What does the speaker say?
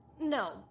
No